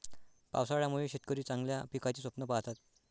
पावसाळ्यामुळे शेतकरी चांगल्या पिकाचे स्वप्न पाहतात